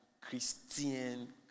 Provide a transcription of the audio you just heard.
Christian